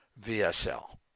VSL